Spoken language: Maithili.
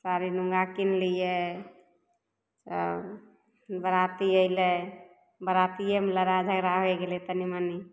साड़ी लुङ्गा किनलिए तब बराती अएलै बरातिएमे लड़ाइ झगड़ा होइ गेलै तनि मनि